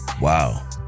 wow